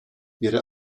ihre